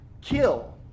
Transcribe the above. kill